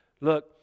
Look